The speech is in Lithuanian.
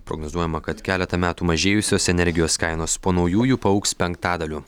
prognozuojama kad keletą metų mažėjusios energijos kainos po naujųjų paaugs penktadaliu